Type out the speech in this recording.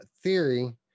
theory